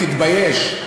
תתבייש.